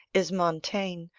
is montaigne,